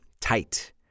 Tight